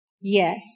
Yes